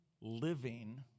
living